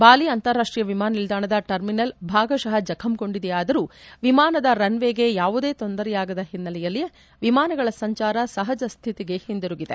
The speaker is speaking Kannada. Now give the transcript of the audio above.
ಬಾಲಿ ಅಂತಾರಾಷ್ಸೀಯ ವಿಮಾನ ನಿಲ್ಲಾಣದ ಟರ್ಮಿನಲ್ ಭಾಗಶಃ ಜಖಂಗೊಂಡಿದೆಯಾದರೂ ವಿಮಾನದ ಓಡುರಸ್ತೆ ಅಂದರೆ ರನ್ವೇಗೆ ಯಾವುದೇ ತೊಂದರೆಯಾಗದ ಹಿನ್ನೆಲೆಯಲ್ಲಿ ವಿಮಾನಗಳ ಸಂಚಾರ ಸಹಜ ಸ್ಥಿತಿಗೆ ಹಿಂದಿರುಗಿದೆ